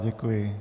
Děkuji.